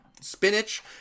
Spinach